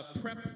prep